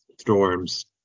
storms